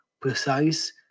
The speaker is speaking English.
precise